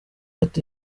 ati